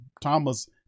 Thomas